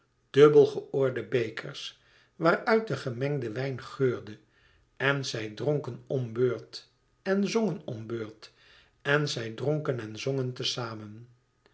dubbel ge öorde bekers waar uit de gemengde wijn geurde en zij dronken om beurt en zongen om beurt en zij dronken en zongen te zamen